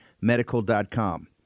Medical.com